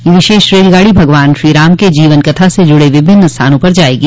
यह विशेष रेलगाड़ी भगवान श्रीराम के जोवन कथा से जुड़े विभिन्न स्थानों पर जायेगी